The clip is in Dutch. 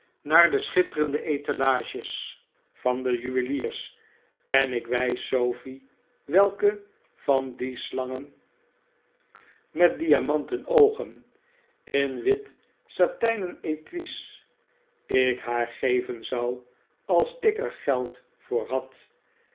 naar de schitterende etalages van de juweliers en ik wijs sofie welke van die slangen met diamariten oogen in wit satijnen etui's ik haar geven zou als ik er geld voor had